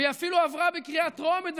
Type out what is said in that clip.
והיא אפילו עברה בקריאה טרומית,